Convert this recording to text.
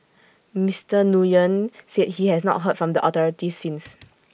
Mister Nguyen said he has not heard from the authorities since